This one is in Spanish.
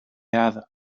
hada